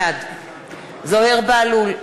בעד זוהיר בהלול,